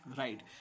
Right